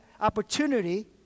opportunity